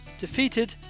defeated